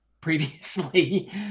previously